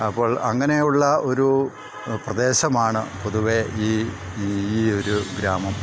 അപ്പോൾ അങ്ങനെയുള്ള ഒരു പ്രദേശമാണ് പൊതുവേ ഈ ഈ ഒരു ഗ്രാമം